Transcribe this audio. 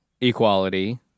equality